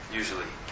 usually